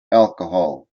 alcohol